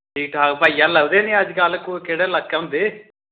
ठीक ठाक भाइया लब्भदे निं अज्ज कल कुद्धर केह्ड़ै ल्हाकै होंदे